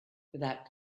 without